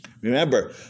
Remember